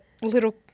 little